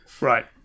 Right